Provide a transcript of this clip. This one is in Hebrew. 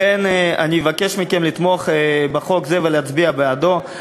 לכן אני מבקש מכם לתמוך בחוק זה ולהצביע בעדו.